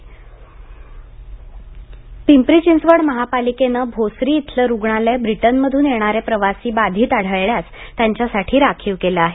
British विषाण पिंपरी चिंचवड महापालिकेनं भोसरी इथलं रुग्णालय ब्रिटनमधून येणारे प्रवासी बाधित आढळल्यास त्यांच्यासाठी राखीव केलं आहे